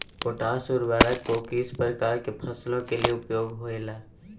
Potash उर्वरक को किस प्रकार के फसलों के लिए उपयोग होईला?